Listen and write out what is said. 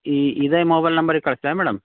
ಈ ಇದೇ ಮೊಬೈಲ್ ನಂಬರಿಗೆ ಕಳಿಸ್ಲಾ ಮೇಡಮ್